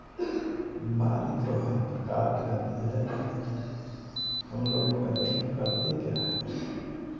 बीमारी तो हर प्रकार की रहती है लेकिन हमलोग करें करते क्या हैं